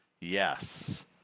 Yes